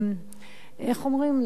איך אומרים,